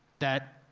that,